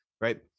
Right